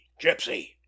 Gypsy